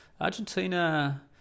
Argentina